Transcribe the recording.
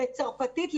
בצרפתית,